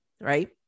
right